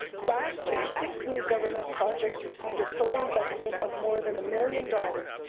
last year, six new government projects received a total investment of more than a million dollars.